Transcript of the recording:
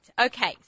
Okay